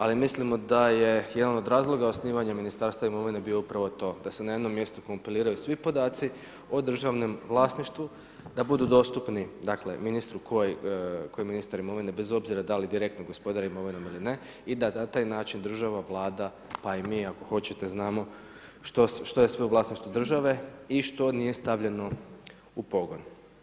Ali mislimo da je jedan od razloga osnivanja Ministarstva imovine bio upravo to da se na jednom mjestu kompiliraju svi podaci o državnom vlasništvu, da budu dostupni dakle, ministri koji ministar imovine da li direktno gospodari imovinom ili ne i da na taj način država, Vlada pa i mi ako hoćete znamo što je sve u vlasništvu države i što nije stavljeno u pogon.